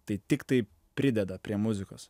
tai tiktai prideda prie muzikos